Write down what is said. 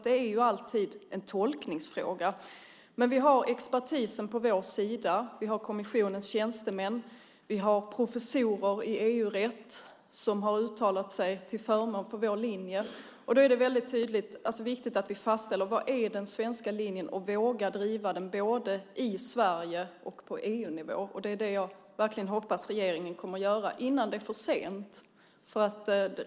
Det är alltid en tolkningsfråga. Vi har expertisen på vår sida och kommissionens tjänstemän. Vi har professorer i EG-rätt som har uttalat sig till förmån för vår linje. Det är viktigt att vi tydligt fastställer vad den svenska linjen är. Vi måste våga driva den både i Sverige och på EU-nivå. Det är det jag verkligen hoppas att regeringen kommer att göra innan det är för sent.